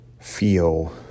feel